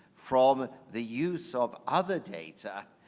from the use of other data,